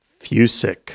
Fusick